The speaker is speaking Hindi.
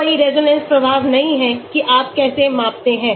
कोई रेजोनेंस प्रभाव नहीं है कि आप कैसे मापते हैं